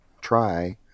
Try